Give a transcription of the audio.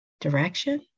direction